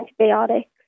antibiotics